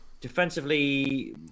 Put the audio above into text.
Defensively